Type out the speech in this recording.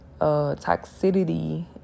toxicity